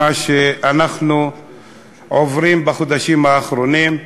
מה שאנחנו עוברים בחודשים האחרונים,